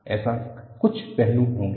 ऐसे कुछ पहलू होंगे